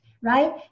right